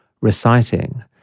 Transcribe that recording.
reciting